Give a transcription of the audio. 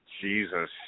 Jesus